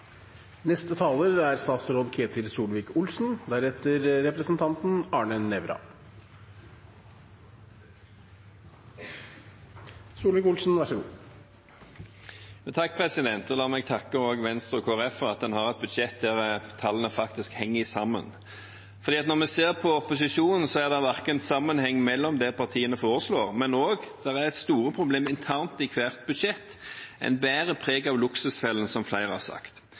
La meg takke Venstre og Kristelig Folkeparti for at man har et budsjett der tallene faktisk henger sammen. Når vi ser på opposisjonen, er det ikke sammenheng mellom det partiene foreslår, og det er store problemer internt i hvert budsjett – det bærer preg av luksusfellen, som flere har sagt.